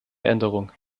änderung